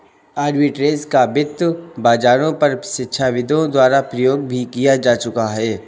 arbitrage का वित्त बाजारों पर शिक्षाविदों द्वारा प्रयोग भी किया जा चुका है